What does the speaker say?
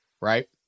Right